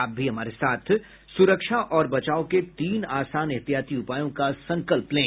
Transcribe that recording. आप भी हमारे साथ सुरक्षा और बचाव के तीन आसान एहतियाती उपायों का संकल्प लें